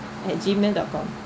at gmail dot com